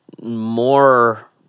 more